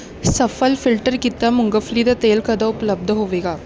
ਸਫਲ ਫਿਲਟਰ ਕੀਤਾ ਮੂੰਗਫਲੀ ਦਾ ਤੇਲ ਕਦੋਂ ਉਪਲੱਬਧ ਹੋਵੇਗਾ